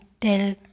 tell